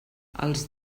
els